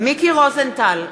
איציק שמולי,